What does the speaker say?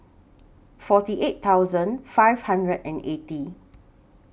forty eight thousand five hundred and eighty